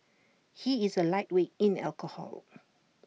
he is A lightweight in alcohol